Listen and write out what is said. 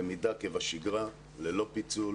למידה כבשגרה ללא פיצול,